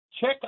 check